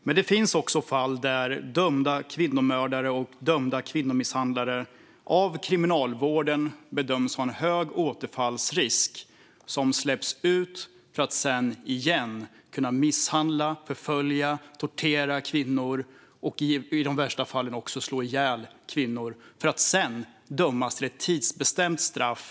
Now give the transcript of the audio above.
Men det finns också fall där dömda kvinnomördare och kvinnomisshandlare av kriminalvården bedöms ha en hög återfallsrisk och som ändå släpps ut, för att sedan återigen kunna misshandla, förfölja och tortera kvinnor och i värsta fall även slå ihjäl kvinnor - för att sedan dömas till ett tidsbestämt straff.